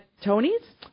Tony's